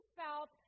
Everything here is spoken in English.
felt